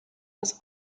was